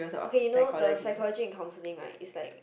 okay you know the psychology in counselling right is like